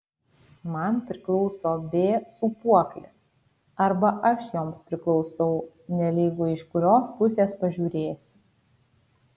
man priklauso b sūpuoklės arba aš joms priklausau nelygu iš kurios pusės pažiūrėsi